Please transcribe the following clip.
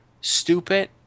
stupid